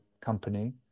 company